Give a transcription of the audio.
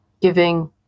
giving